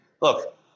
look